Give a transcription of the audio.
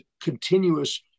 continuous